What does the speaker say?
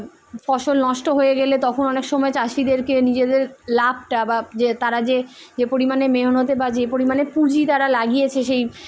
ফসল নষ্ট হয়ে গেলে তখন অনেক সময় চাষিদেরকে নিজেদের লাভ টা বা যে তারা যে যে পরিমাণে মেহনতে বা যে পরিমাণে পুঁজি তারা লাগিয়েছে সেই